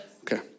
Okay